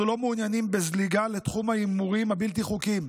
אנחנו לא מעוניינים בזליגה לתחום ההימורים הבלתי-חוקיים,